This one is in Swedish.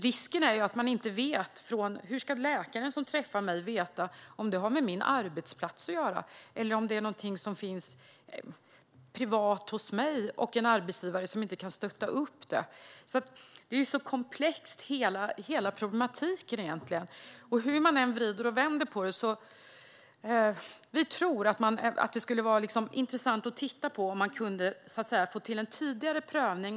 Risken är att läkaren som man träffar inte vet om det har med arbetsplatsen att göra eller om det är någonting som finns privat och om man har en arbetsgivare som inte kan stötta upp det. Hela problematiken är komplex hur man än vrider och vänder på det. Vi tror att det skulle vara intressant att titta på om man kunde få till en tidigare prövning.